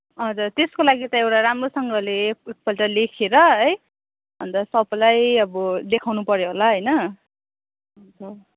हजुर त्यसको लागि त एउटा राम्रोसँगले एकपल्ट लेखेर है अन्त सबैलाई अब देखाउन पऱ्यो हेला होइन अन्त